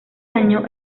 año